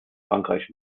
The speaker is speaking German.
frankreich